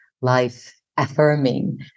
life-affirming